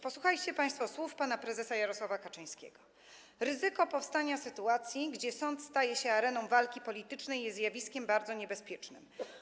Posłuchajcie państwo słów pana prezesa Jarosława Kaczyńskiego: Ryzyko powstania sytuacji, gdzie sąd staje się areną walki politycznej, jest zjawiskiem bardzo niebezpiecznym.